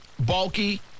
Bulky